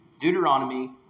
Deuteronomy